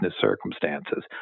circumstances